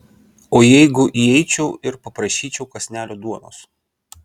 o jeigu įeičiau ir paprašyčiau kąsnelio duonos